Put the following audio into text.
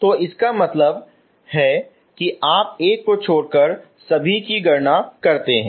तो इसका मतलब है कि आप एक को छोड़कर सभी की गणना करते हैं